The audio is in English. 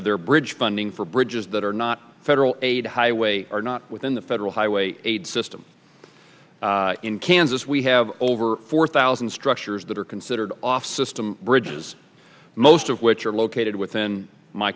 of their bridge funding for bridges that are not federal aid highway are not within the federal highway system in kansas we have over four thousand structures that are considered off system bridges most of which are located within my